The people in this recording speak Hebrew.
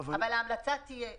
אבל ההמלצה תהיה,